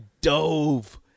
dove